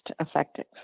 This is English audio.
effective